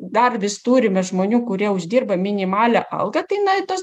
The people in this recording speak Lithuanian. dar vis turime žmonių kurie uždirba minimalią algą tai na tos